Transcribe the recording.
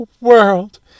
world